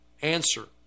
answer